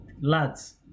Lads